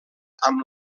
amb